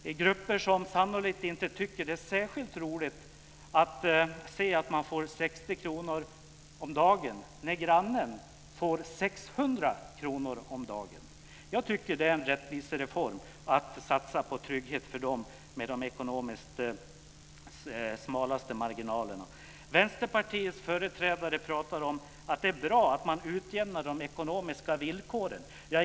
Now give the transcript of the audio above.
Det är grupper som sannolikt inte tycker att det är särskilt roligt att se att man får 60 kr om dagen när grannen får 600 kr om dagen. Jag tycker att det är en rättvisereform att satsa på trygghet för dem med de ekonomiskt smalaste marginalerna. Vänsterpartiets företrädare pratar om att det är bra att man utjämnar de ekonomiska villkoren.